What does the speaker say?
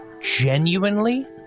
genuinely